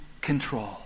control